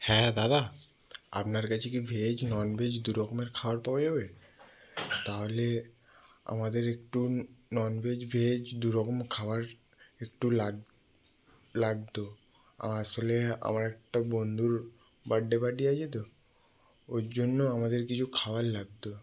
হ্যাঁ দাদা আপনার কাছে কি ভেজ নন ভেজ দু রকমের খাবার পাওয়া যাবে তাহলে আমাদের একটু নন ভেজ ভেজ দু রকম খাবার একটু লাগ লাগতো আসলে আমার একটা বন্ধুর বার্থডে পার্টি আছে তো ও জন্য আমাদের কিছু খাওয়ার লাগতো